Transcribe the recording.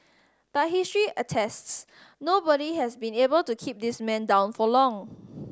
but history attests nobody has been able to keep this man down for long